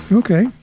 Okay